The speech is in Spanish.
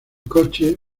coche